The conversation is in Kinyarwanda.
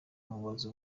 amubaza